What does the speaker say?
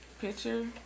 picture